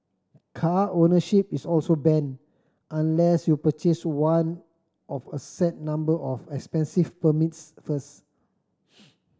car ownership is also banned unless you purchase one of a set number of expensive permits first